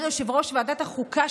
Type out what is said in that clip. אומר יושב-ראש ועדת החוקה,